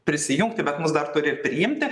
prisijungti bet mus dar turi ir priimti